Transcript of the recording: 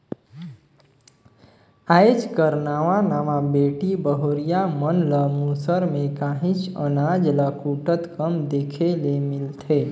आएज कर नावा नावा बेटी बहुरिया मन ल मूसर में काहींच अनाज ल कूटत कम देखे ले मिलथे